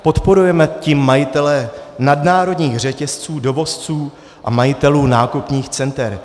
Podporujeme tím majitele nadnárodních řetězců, dovozce a majitele nákupních center.